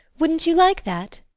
wouldn't you like that?